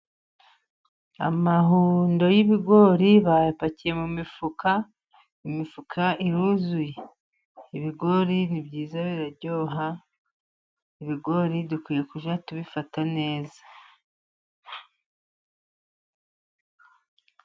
Amahundo y'ibigori bayapakiye mu mifuka, imifuka iruzuye. Ibigori ni byiza biraryoha, ibigori dukwiye kujya tubifata neza.